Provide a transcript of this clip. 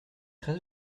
très